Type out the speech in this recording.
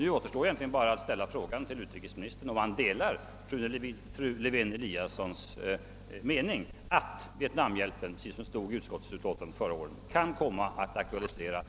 Nu återstår egentligen bara att fråga utrikesministern om han delar fru Lewén-Eliassons mening att vietnamhjälpen kommer att kräva väsentligt högre anslag till biståndsändamål.